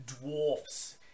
dwarfs